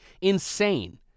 Insane